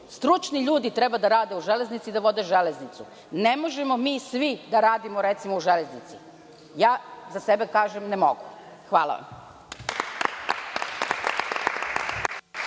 stručni ljudi treba da rade u Železnici i da vode Železnicu. Ne možemo mi svi da radimo u Železnici. Ja za sebe kažem da ne mogu. Hvala.